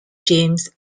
james